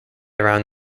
around